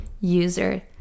user